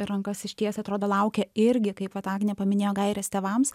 ir rankas ištiesę atrodo laukia irgi kaip vat agnė paminėjo gairės tėvams